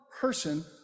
person